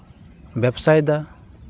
ᱵᱮᱵᱽᱥᱟᱭᱮᱫᱟ